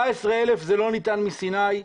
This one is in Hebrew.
אוסאמה, 14,000 זה לא ניתן מסיני.